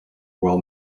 well